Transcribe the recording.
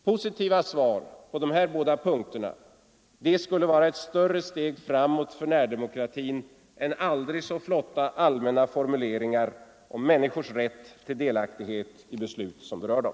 Positiva svar på de här båda punkterna skulle vara ett större steg framåt för närdemokratin än aldrig så flotta allmänna formuleringar om människors rätt till delaktighet i beslut som berör dem.